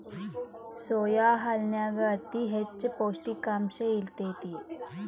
soya ಹಾಲನ್ಯಾಗ ಅತಿ ಹೆಚ್ಚ ಪೌಷ್ಟಿಕಾಂಶ ಇರ್ತೇತಿ